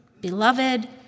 beloved